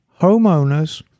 homeowners